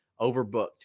overbooked